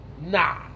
Nah